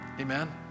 amen